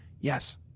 Yes